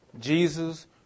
Jesus